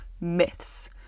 myths